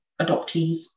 adoptees